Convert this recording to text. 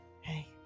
hey